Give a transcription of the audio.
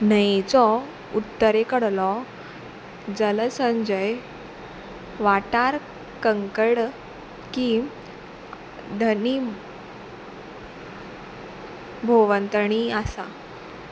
न्हंयेचो उत्तरेकडलो जलसंजय वाठार कंकड कीम धनीम भोवंतणी आसा